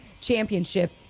championship